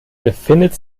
befindet